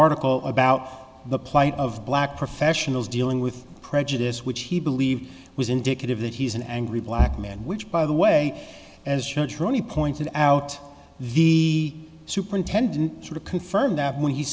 article about the plight of black professionals dealing with prejudice which he believed was indicative that he's an angry black man which by the way as church really pointed out v superintendent sort of confirmed that when he